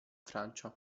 francia